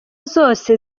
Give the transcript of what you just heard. zose